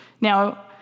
Now